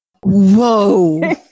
Whoa